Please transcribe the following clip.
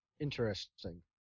Interesting